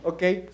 Okay